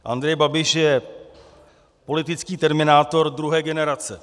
Andrej Babiš je politický terminátor druhé generace.